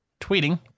tweeting